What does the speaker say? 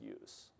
use